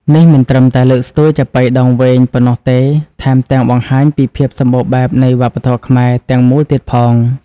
នេះមិនត្រឹមតែលើកស្ទួយចាប៉ីដងវែងប៉ុណ្ណោះទេ ថែមទាំងបង្ហាញពីភាពសម្បូរបែបនៃវប្បធម៌ខ្មែរទាំងមូលទៀតផង។